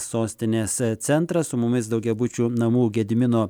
sostinės centrą su mumis daugiabučių namų gedimino